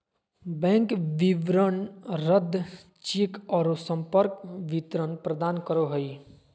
bank विवरण रद्द cheque औरो संपर्क विवरण प्रदान करो हइ